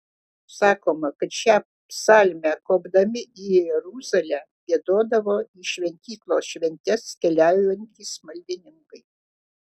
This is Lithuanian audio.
sakoma kad šią psalmę kopdami į jeruzalę giedodavo į šventyklos šventes keliaujantys maldininkai